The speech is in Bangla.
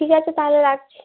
ঠিক আছে তাহলে রাখছি